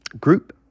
group